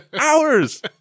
Hours